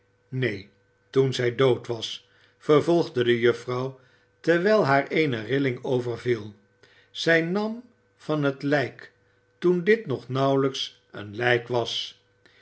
neen toen zij dood was vervolgde de juffrouw terwijl haar eene rilling overviel zij nam van het lijk toen dit nog nauwelijks een lijk was